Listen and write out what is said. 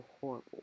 horrible